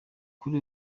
kuri